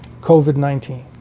COVID-19